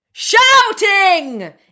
SHOUTING